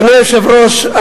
אדוני היושב-ראש,